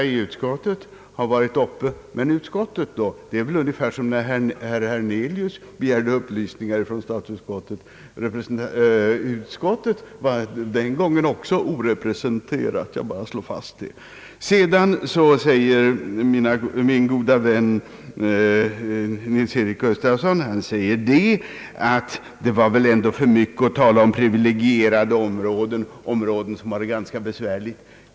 Min gode vän herr Nils Eric Gustafsson säger att det väl ändå var för mycket att tala om privilegierade områden när det gäller områden som har det besvärligt.